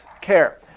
CARE